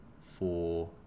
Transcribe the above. four